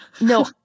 No